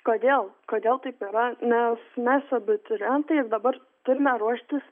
kodėl kodėl taip yra nes mes abiturientai dabar turime ruoštis